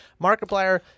Markiplier